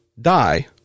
die